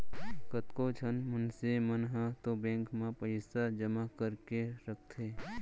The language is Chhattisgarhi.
कतको झन मनसे मन ह तो बेंक म पइसा जमा कर करके रखथे